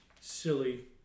silly